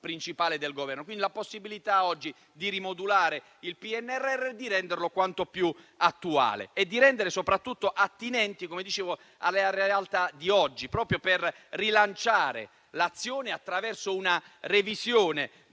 principale del Governo, con la possibilità oggi di rimodulare il PNRR e di renderlo quanto più attuale e attinente alla realtà di oggi, proprio per rilanciare l'azione attraverso una revisione